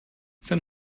jsem